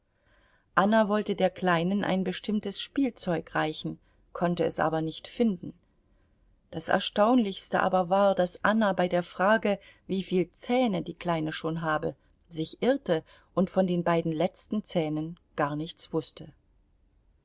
anna wollte der kleinen ein bestimmtes spielzeug reichen konnte es aber nicht finden das erstaunlichste aber war daß anna bei der frage wieviel zähne die kleine schon habe sich irrte und von den beiden letzten zähnen gar nichts wußte